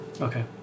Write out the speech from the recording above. okay